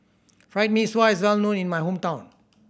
Fried Mee Sua is well known in my hometown